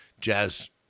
jazz